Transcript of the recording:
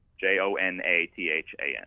J-O-N-A-T-H-A-N